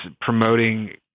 promoting